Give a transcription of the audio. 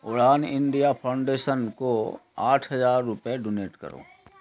اڑان India foundation کو آٹھ ہزار روپے ڈونیٹ کرو